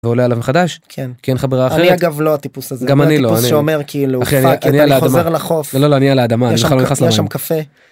עולה עליו מחדש, כן כי אין לך ברירה אחרת? אני אגב לא הטיפוס הזה. גם אני לא. אני הטיפוס שאומר כאילו פאק אתה חוזר לחוף. לא לא אני על האדמה. יש שם קפה